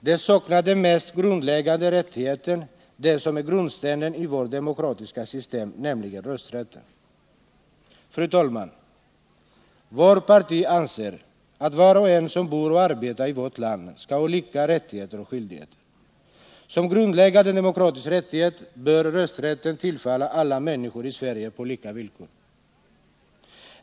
De saknar den mest grundläggande rättigheten — den som är grundstenen i vårt demokratiska system, nämligen rösträtten. Fru talman! Vårt parti anser att var och en som bor och arbetar i vårt land skall ha lika rättigheter och skyldigheter. Som grundläggande demokratisk rättighet bör rösträtten tillfalla alla människor i Sverige på lika villkor.